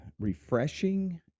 refreshing